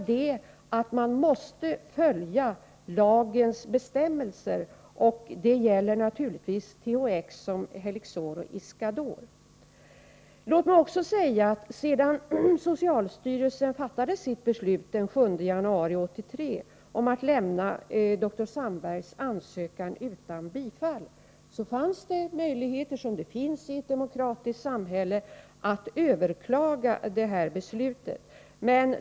Men man måste då följa lagens bestämmelser, och det gäller naturligtvis THX lika väl som Helixor och Iscador. Låt mig också säga att det sedan socialstyrelsen fattade sitt beslut den 7 januari 1983 om att lämna dr Sandbergs ansökan utan bifall fanns möjligheter, som det gör i ett demokratiskt samhälle, att överklaga beslutet.